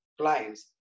clients